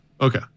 Okay